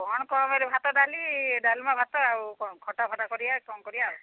କ'ଣ କମରେ ଭାତ ଡାଲି ଡାଲମା ଭାତ ଆଉ କ'ଣ ଖଟାଫଟା କରିବା ଆଉ କ'ଣ କରିବା ଆଉ